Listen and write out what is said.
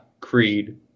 Creed